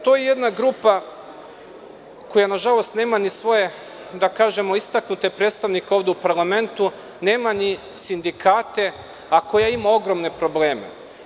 To je jedna grupa koja nažalost nema ni svoje, da kažemo, istaknute predstavnike ovde u parlamentu, nemaju ni sindikate, a koji imaju ogromne probleme.